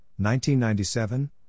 1997